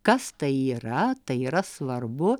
kas tai yra tai yra svarbu